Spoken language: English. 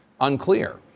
unclear